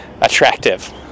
attractive